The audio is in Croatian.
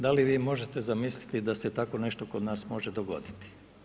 Da li vi možete zamisliti da se tako nešto kod nas može dogoditi?